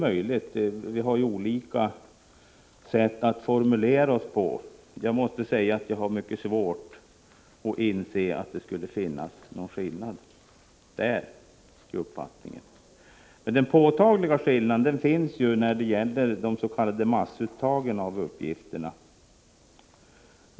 Vi har ju olika sätt att formulera oss på, men jag måste säga att jag har mycket svårt att inse att det skulle föreligga någon skillnad i uppfattning i detta hänseende. Men den påtagliga skillnaden finns när det gäller de s.k. massuttagen av uppgifter.